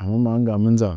Amma ma ningga mɨ nza